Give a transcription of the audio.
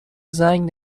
زنگ